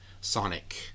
sonic